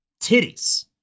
titties